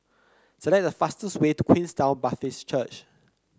select the fastest way to Queenstown Baptist Church